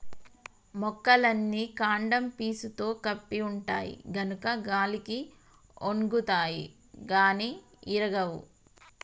మొక్కలన్నీ కాండం పీసుతో కప్పి ఉంటాయి గనుక గాలికి ఒన్గుతాయి గాని ఇరగవు